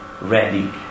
ready